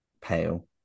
pale